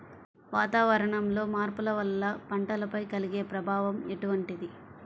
వాతావరణంలో మార్పుల వల్ల పంటలపై కలిగే ప్రభావం ఎటువంటిది?